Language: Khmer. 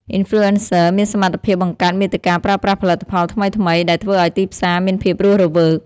អុីនផ្លូអេនសឹ មានសមត្ថភាពបង្កើតមាតិការប្រើប្រាស់ផលិតផលថ្មីៗ ដែលធ្វើឲ្យទីផ្សារមានភាពរស់រវើក។